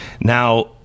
Now